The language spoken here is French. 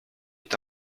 est